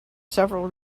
several